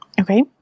Okay